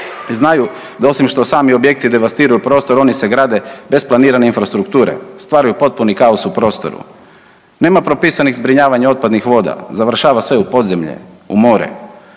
znaju da osim što sami objekti devastiraju prostor, oni se grade bez planirane infrastrukture, stvaraju potpuni kaos u prostoru. Nema propisanih zbrinjavanja otpadnih voda, završava sve u podzemlje, u more,